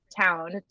town